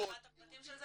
נלמד את הפרטים של זה.